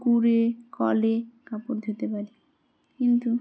কুঁড়ে কলে কাপড় ধুতে পারি কিন্তু